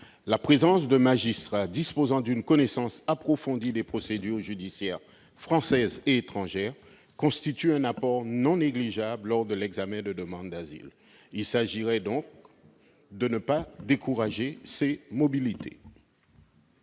La présence de magistrats disposant d'une connaissance approfondie des procédures judiciaires françaises et étrangères constitue un apport non négligeable lors de l'examen de demandes d'asile. Il convient donc de ne pas décourager ces mobilités.